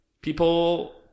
people